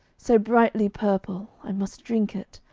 so brightly purple, i must drink it.